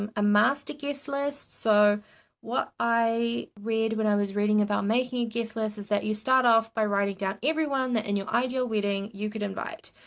um a master guest list. so what i read when i was reading about making a guest list is that you start off by writing down everyone that in your ideal wedding you could invite.